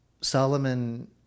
Solomon